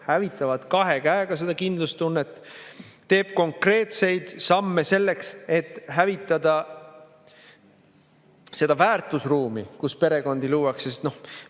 hävitavad kahe käega seda kindlustunnet. Teeb konkreetseid samme selleks, et hävitada seda väärtusruumi, kus perekondi luuakse, sest